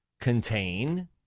contain